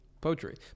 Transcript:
poetry